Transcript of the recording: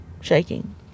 shaking